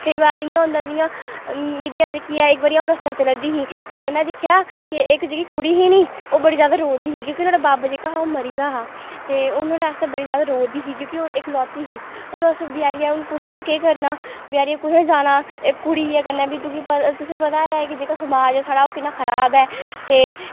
केई बार इ'यां होंदा जि'यां मीडिया जेह्की ऐ इक बारी अ'ऊं रस्तै चला दी ही ते में दिक्खेआ इक जेह्की कुड़ी ही नी ओह् बड़ी जादा रोआ दी ही क्योंकि नुहाड़ा ब'ब्ब जेह्का हा ओह् मरी गेदा हा ते नुहाड़े आस्तै बड़ी जादा रोआ दी ही क्योंकि ओह् इकलौती ही हून उस बचैरी हून कु'त्थुआं केह् करना बचैरियै कु'त्थें जाना इक कुड़ी ऐ कन्नै भी तुगी पता तुसें गी पता ऐ जेह्का समाज ऐ साढ़ा ओह् कि'न्ना खराब ऐ ते